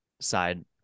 side